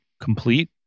complete